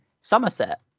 Somerset